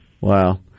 Wow